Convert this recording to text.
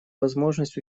возможность